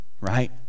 right